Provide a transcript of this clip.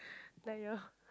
like your